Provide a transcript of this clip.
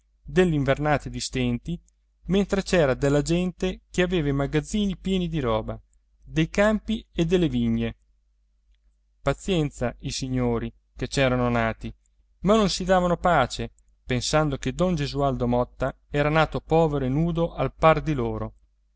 delle invernate di stenti mentre c'era della gente che aveva i magazzini pieni di roba dei campi e delle vigne pazienza i signori che c'erano nati ma non si davano pace pensando che don gesualdo motta era nato povero e nudo al par di loro